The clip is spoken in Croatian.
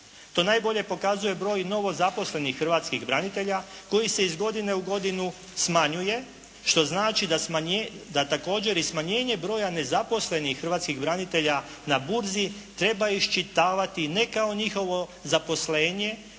To najbolje pokazuje broj novozaposlenih hrvatskih branitelja koji se iz godine u godinu smanjuje, što znači da također i smanjenje broja nezaposlenih hrvatskih branitelja na burzi treba iščitavati ne kao njihovo zaposlenje,